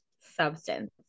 substance